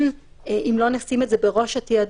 וצריך לתת לזה תשומת לב